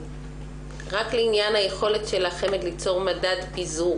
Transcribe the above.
רק לעניין היכולת של החמ"ד ליצור מדד פיזור